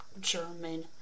German